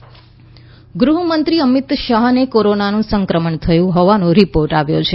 Amit Shah corona ગૃહમંત્રી અમીત શાહને કોરોનાનું સંક્રમણ થયું હોવાનો રીપોર્ટ આવ્યો છે